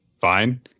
fine